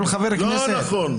לא נכון.